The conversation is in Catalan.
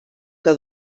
que